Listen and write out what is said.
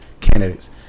candidates